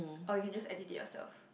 or you can just edit it yourself